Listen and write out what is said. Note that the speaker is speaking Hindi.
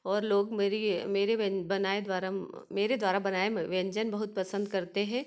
और लोग मेरी मेरे व्यं बनाए द्वारा मेरे द्वारा बनाए व्यंजन बहुत पसंद करते हैं